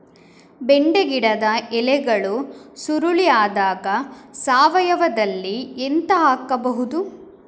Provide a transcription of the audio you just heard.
ಬೆಂಡೆ ಗಿಡದ ಎಲೆಗಳು ಸುರುಳಿ ಆದಾಗ ಸಾವಯವದಲ್ಲಿ ಎಂತ ಹಾಕಬಹುದು?